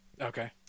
Okay